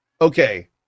okay